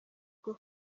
bwo